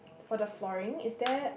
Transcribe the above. for the flooring is there